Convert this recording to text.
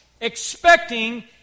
expecting